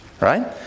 Right